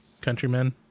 countrymen